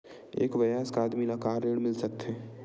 एक वयस्क आदमी ला का ऋण मिल सकथे?